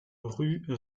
rue